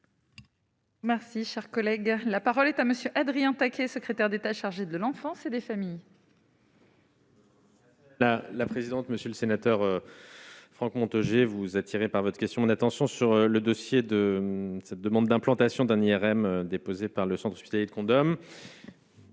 Merci, cher collègue, la parole est à monsieur Adrien taquet, secrétaire d'État chargé de l'enfance et des familles. La la présidente, monsieur le sénateur Franck Montaugé vous par votre question, la tension sur le dossier de cette demande d'implantation d'un IRM, déposée par le centre hospitalier de condom.